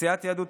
סיעת יהדות